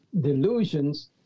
delusions